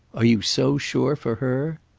are you so sure for her?